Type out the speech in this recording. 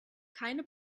keine